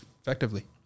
effectively